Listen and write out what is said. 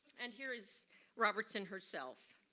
and here is robertson herself